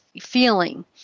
feeling